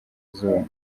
izuba